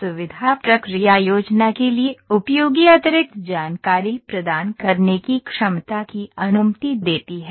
सुविधा प्रक्रिया योजना के लिए उपयोगी अतिरिक्त जानकारी प्रदान करने की क्षमता की अनुमति देती है